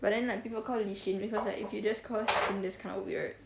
but then like people call her Li shin because like if you just call her Shin that's kind of weird